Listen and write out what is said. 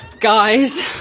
guys